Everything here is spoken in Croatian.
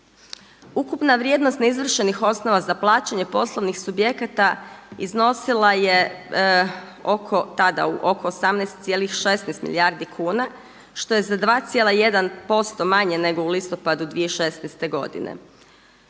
Ukupna vrijednost neizvršenih osnova za plaćanje poslovnih subjekata iznosila je oko, tada oko 18,16 milijardi kuna što je 2,1% manje nego u listopadu 2016. godine.